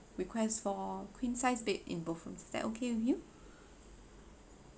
request for queen size bed in both room is that okay with you